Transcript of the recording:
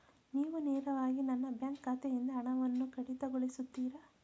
ನೀವು ನೇರವಾಗಿ ನನ್ನ ಬ್ಯಾಂಕ್ ಖಾತೆಯಿಂದ ಹಣವನ್ನು ಕಡಿತಗೊಳಿಸುತ್ತೀರಾ?